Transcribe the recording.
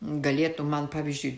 galėtų man pavyzdžiui